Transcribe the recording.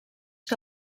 que